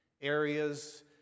areas